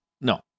No